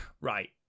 Right